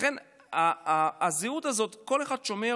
ולכן את הזהות הזאת כל אחד שומר